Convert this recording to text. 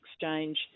exchange